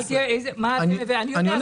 אני יודע.